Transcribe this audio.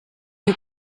you